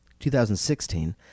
2016